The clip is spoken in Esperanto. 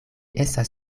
estas